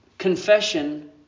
confession